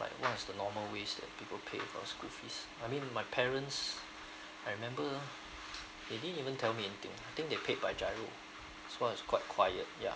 like what is the normal ways that people pay for school fees I mean my parents I remember they didn't even tell me anything I think they paid by giro this one is quite quiet ya